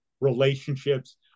relationships